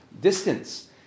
distance